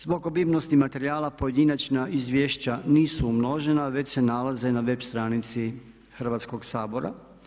Zbog obimnosti materijala pojedinačna izvješća nisu umnožena već se nalaze na web stranici Hrvatskoga sabora.